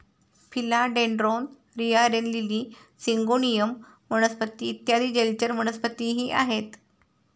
फिला dendron, रिया, rain lily, syngonium वनस्पती इत्यादी जलचर वनस्पतीही आहेत